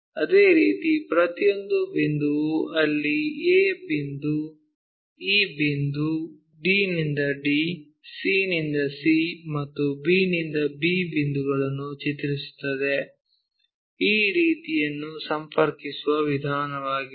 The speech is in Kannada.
ಅದೇ ರೀತಿ ಪ್ರತಿಯೊಂದು ಬಿಂದುವು ಅಲ್ಲಿ a ಬಿಂದು e ಬಿಂದು d ನಿಂದ d c ನಿಂದ c ಮತ್ತು b ನಿಂದ b ಬಿಂದುಗಳನ್ನು ಚಿತ್ರಿಸುತ್ತದೆ ಈ ರೀತಿಯನ್ನು ಸಂಪರ್ಕಿಸುವ ವಿಧಾನವಾಗಿದೆ